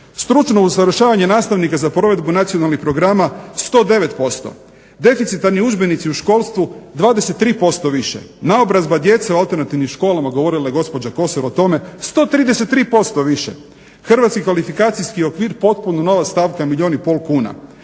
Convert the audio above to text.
stručno usavršavanje nastavnika za provedbu nacionalnih programa 109%, deficitarni udžbenici u školstvu 23% više, naobrazba djece u alternativnim školama govorila je gospođa Kosor o tome 133% više. Hrvatski kvalifikacijski okvir potpuno nova stavka milijun i pol kuna,